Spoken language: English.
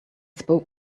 spoke